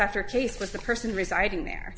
after case with the person residing there